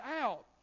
out